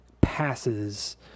passes